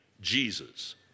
Jesus